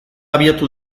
abiatu